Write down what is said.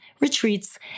retreats